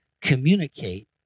communicate